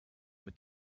mit